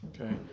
Okay